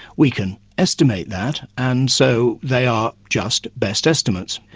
we can estimate that, and so they are just best estimates.